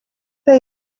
they